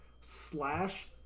slash